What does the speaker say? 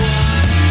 one